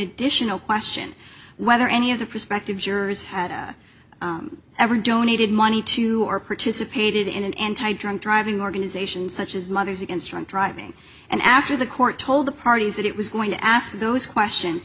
additional question whether any of the prospective jurors had ever donated money to our participated in an anti drunk driving organizations such as mothers against drunk driving and after the court told the parties that it was going to ask those question